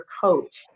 coach